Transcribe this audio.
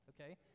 okay